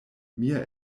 mia